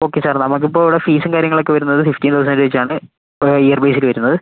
okay sir നമുക്കിപ്പോൾ ഇവിടെ ഫീസും കാര്യങ്ങളൊക്കെ വരുന്നത് ഫിഫ്റ്റി തൗസൻഡ് വെച്ചാണ് ഓരോ ഇയർ ബേസിൽ വരുന്നത്